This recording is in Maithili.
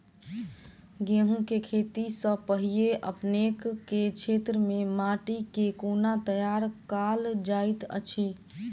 गेंहूँ केँ खेती सँ पहिने अपनेक केँ क्षेत्र मे माटि केँ कोना तैयार काल जाइत अछि?